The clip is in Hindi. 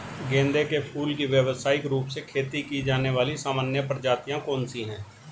गेंदे के फूल की व्यवसायिक रूप से खेती की जाने वाली सामान्य प्रजातियां कौन सी है?